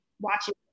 watching